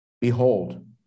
Behold